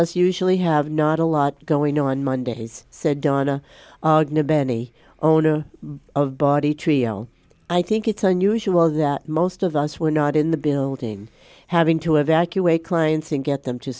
us usually have not a lot going on mondays said donna benny owner of body trio i think it's unusual that most of us were not in the building having to evacuate clients and get them to